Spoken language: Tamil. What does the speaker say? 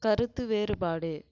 கருத்து வேறுபாடு